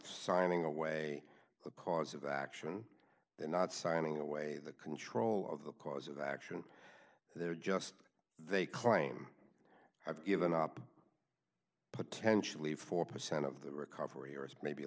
not signing away the cause of action they're not signing away the control of the cause of action they're just they claim i've given up potentially four percent of the recovery or maybe a